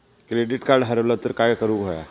Credit card हरवला तर काय करुक होया?